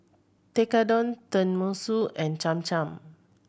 Tekkadon Tenmusu and Cham Cham